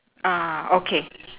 ah okay